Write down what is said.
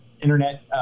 internet